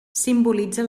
simbolitza